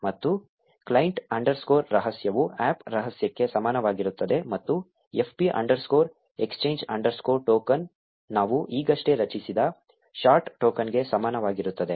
ಮತ್ತು client underscore ರಹಸ್ಯವು APP ರಹಸ್ಯಕ್ಕೆ ಸಮಾನವಾಗಿರುತ್ತದೆ ಮತ್ತು fb underscore exchange underscore token ನಾವು ಈಗಷ್ಟೇ ರಚಿಸಿದ ಶಾರ್ಟ್ ಟೋಕನ್ಗೆ ಸಮಾನವಾಗಿರುತ್ತದೆ